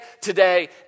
today